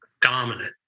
dominant